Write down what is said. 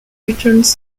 returns